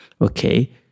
okay